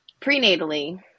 prenatally